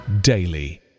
daily